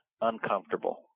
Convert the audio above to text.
uncomfortable